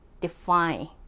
define